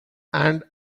and